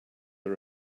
are